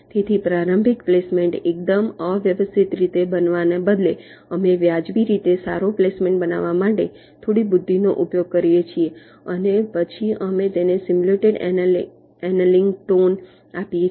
તેથી પ્રારંભિક પ્લેસમેન્ટ એકદમ અવ્યવસ્થિત રીતે બનાવવાને બદલે અમે વાજબી રીતે સારો પ્લેસમેન્ટ બનાવવા માટે થોડી બુદ્ધિનો ઉપયોગ કરીએ છીએ અને પછી અમે તેને સિમ્યુલેટેડ એનિલિંગ ટોન આપીએ છીએ